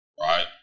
right